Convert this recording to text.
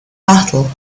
battle